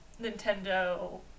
Nintendo